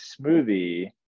smoothie